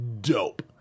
dope